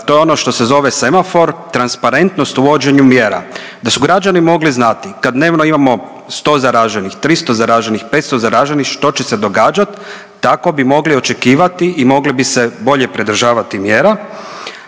to je ono što se zove semafor transparentnost o uvođenju mjera, da su građani mogli znati kad dnevno imamo 100 zaraženih, 300 zaraženih, 500 zaraženih što će se događati tako bi mogli očekivati i mogli bi se bolje pridržavati mjera,